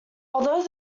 although